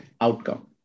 outcome